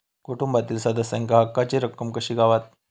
कुटुंबातील सदस्यांका हक्काची रक्कम कशी गावात?